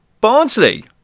Barnsley